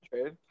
trade